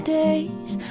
days